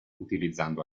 utilizzando